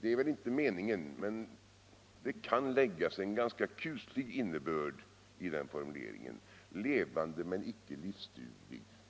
Det är väl inte meningen, men det kan läggas en ganska kuslig innebörd i den formuleringen — levande, men icke livsduglig.